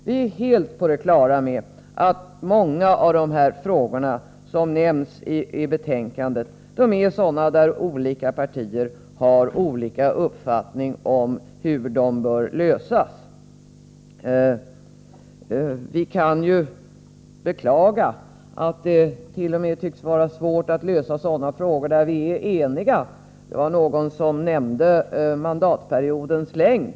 Vi är helt på det klara med att många av de frågor som nämns i betänkandet är sådana där partierna har olika uppfattning om hur de bör lösas. Vi kan ju beklaga att det t.o.m. tycks vara svårt att lösa frågor där vi är eniga. Det var någon som nämnde mandatperiodernas längd.